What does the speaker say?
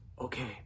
okay